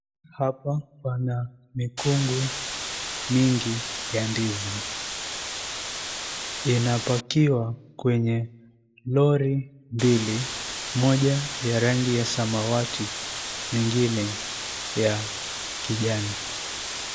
Hapa pana mikungu mingi ya ndizi inapakiwa kwenye lori mbili moja ya rangi ya samawati nyingine ya kijani.